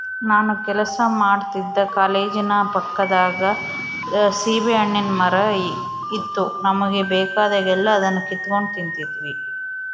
ನಾನು ಕೆಲಸ ಮಾಡ್ತಿದ್ದ ಕಾಲೇಜಿನ ಪಕ್ಕದಾಗ ಸೀಬೆಹಣ್ಣಿನ್ ಮರ ಇತ್ತು ನಮುಗೆ ಬೇಕಾದಾಗೆಲ್ಲ ಅದುನ್ನ ಕಿತಿಗೆಂಡ್ ತಿಂತಿದ್ವಿ